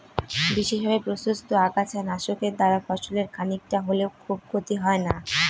বিশেষভাবে প্রস্তুত আগাছা নাশকের দ্বারা ফসলের খানিকটা হলেও খুব ক্ষতি হয় না